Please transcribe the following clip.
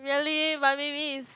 really but maybe is